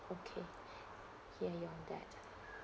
okay hear you on that